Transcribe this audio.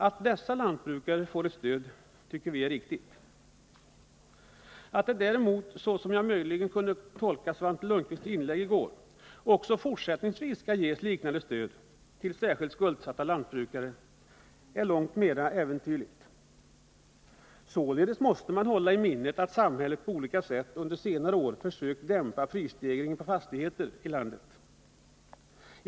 Att dessa lantbrukare får ett stöd tycker vi är riktigt. Att — såsom jag möjligen kunde tolka Svante Lundkvists inlägg — också fortsättningsvis ge liknande stöd till särskilt skuldsatta brukare är däremot långt mera äventyrligt. Således måste man hålla i minnet att samhället på olika sätt under senare år försökt dämpa prisstegringen på fastigheter i landet.